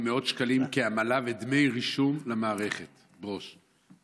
מאות שקלים כעמלה ודמי רישום למערכת ברוש.